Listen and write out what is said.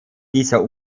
dieser